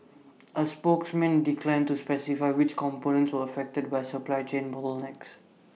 A spokesman declined to specify which components were affected by supply chain bottlenecks